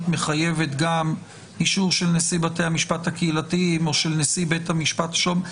מחייבת גם אישור של נשיא בתי המשפט הקהילתיים או של נשיא בית משפט השלום?